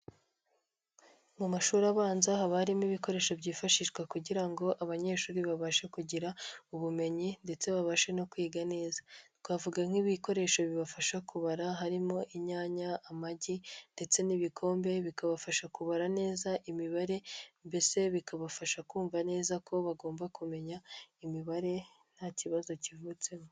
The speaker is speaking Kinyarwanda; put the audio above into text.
Mu mashuri abanza haba harimo ibikoresho byifashishwa kugira ngo abanyeshuri babashe kugira ubumenyi ndetse babashe no kwiga neza. Twavuga nk'ibikoresho bibafasha kubara harimo: inyanya, amagi ndetse n'ibikombe bikabafasha kubara neza imibare mbese bikabafasha kumva neza ko bagomba kumenya imibare, nta kibazo kivutsemo.